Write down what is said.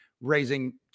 raising